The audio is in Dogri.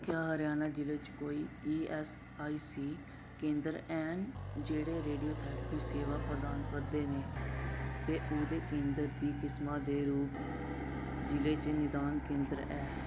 क्या हरियाणा जि'ले च कोई ई ऐस्स आई सी केंदर हैन जेह्ड़े रेडियोथेरेपी सेवां प्रदान करदे न ते उं'दे केंदर दी किसमा दे रूप जि'ले च निदान केंदर ऐ